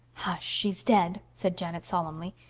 hush she's dead, said janet solemnly.